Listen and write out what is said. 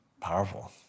powerful